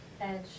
Edge